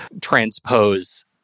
transpose